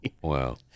Wow